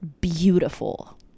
beautiful